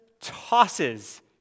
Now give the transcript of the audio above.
tosses